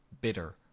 bitter